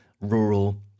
rural